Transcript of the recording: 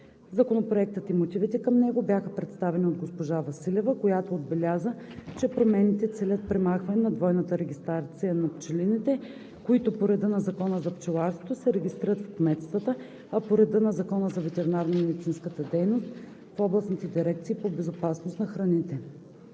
Законопроектът и мотивите към него бяха представени от госпожа Василева, която отбеляза, че промените целят премахване на двойната регистрация на пчелините, които по реда на Закона за пчеларството се регистрират в кметствата, а по реда на Закона за ветеринарномедицинската дейност – в областните дирекции по безопасност на храните.